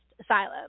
Asylum